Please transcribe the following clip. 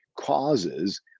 causes